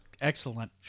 excellent